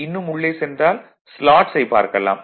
இன்னும் உள்ளே சென்றால் ஸ்லாட்ஸ் ஐப் பார்க்கலாம்